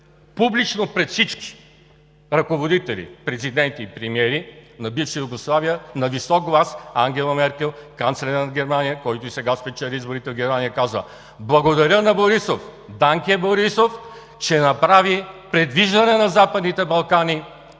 публично пред всички ръководители, президенти и премиери на бивша Югославия, на висок глас Ангела Меркел –канцлерът на Германия, който и сега спечели изборите в Германия, каза: „Благодаря на Борисов. Данке, Борисов, че направи придвижване на Западните Балкани